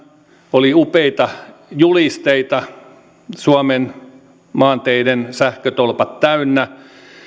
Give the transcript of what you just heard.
oli upeita julisteita suomen maanteiden sähkötolpat täynnä